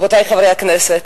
רבותי חברי הכנסת,